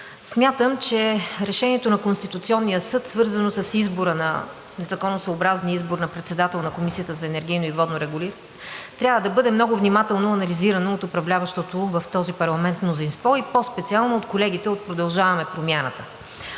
Смятам, че Решението на Конституционния съд, свързано със законосъобразния избор на председател на Комисията за енергийно и водно регулиране, трябва да бъде много внимателно анализирано от управляващото в този парламент мнозинство, и по-специално от колегите от „Продължаваме Промяната“.